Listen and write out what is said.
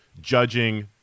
judging